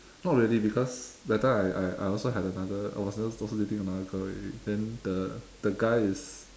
not really because that time I I I also had another I was I was also dating another girl already then the the guy is